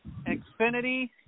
Xfinity